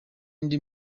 ndi